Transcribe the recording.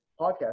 podcast